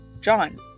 John